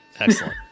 excellent